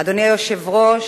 אדוני היושב-ראש,